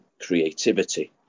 creativity